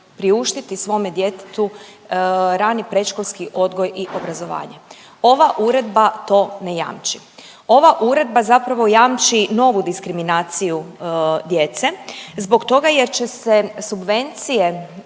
priuštiti svome djetetu rani i predškolski odgoj i obrazovanje. Ova uredba to ne jamči, ova uredba zapravo jamči novu diskriminaciju djece zbog toga jer će se subvencije